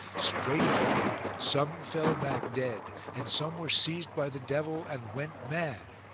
straightway some fell back dead and some were seized by the devil and went mad.